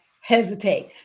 hesitate